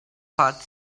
part